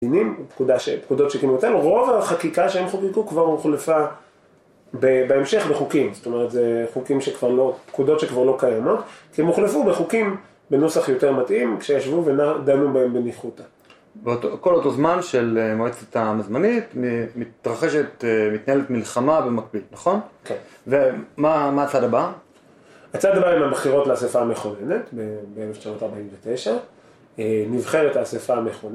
רוב החקיקה שהם חוקקו כבר הוחלפה בהמשך בחוקים, זאת אומרת זה חוקים שכבר לא, פקודות שכבר לא קיימות כי הם הוחלפו בחוקים בנוסח יותר מתאים כשישבו ודנו בהם בניחותא כל אותו זמן של מועצת הזמנית מתנהלת מלחמה במקביל, נכון? כן ומה הצעד הבא? הצעד הבא הם מהבחירות לאסיפה המכוננת ב-1949 נבחרת האסיפה המכוננת